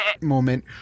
moment